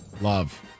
Love